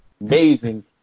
Amazing